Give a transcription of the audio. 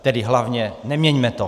Tedy hlavně neměňme to.